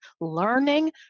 learning